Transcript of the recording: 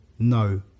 no